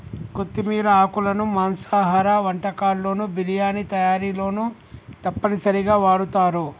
కొత్తిమీర ఆకులను మాంసాహార వంటకాల్లోను బిర్యానీ తయారీలోనూ తప్పనిసరిగా వాడుతారు